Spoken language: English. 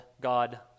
God